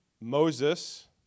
Moses